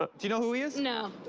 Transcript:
ah do you know who he is? no.